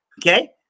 Okay